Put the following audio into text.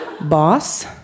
Boss